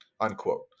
unquote